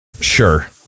Sure